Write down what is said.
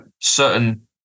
certain